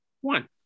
One